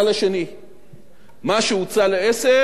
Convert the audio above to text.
מה שהוצע ל-10 הוצע גם לאחרים,